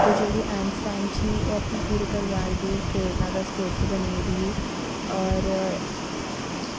ते जेह्ड़ी Anne Frank ही ओह् अपनी पूरे परिवार दी प्रेरणा दी स्रोत बनी गेदी ही होर